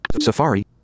Safari